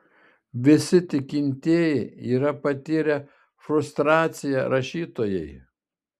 visi tikintieji yra patyrę frustraciją rašytojai